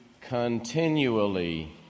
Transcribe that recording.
continually